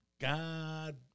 God